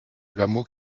hameau